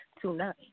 tonight